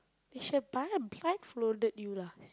they should have bl~ blindfolded you lah